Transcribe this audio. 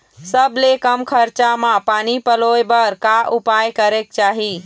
सबले कम खरचा मा पानी पलोए बर का उपाय करेक चाही?